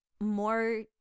more